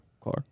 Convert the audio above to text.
car